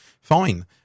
fine